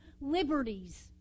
liberties